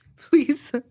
Please